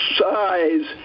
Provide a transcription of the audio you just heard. size